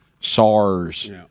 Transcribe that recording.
SARS